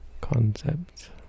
Concepts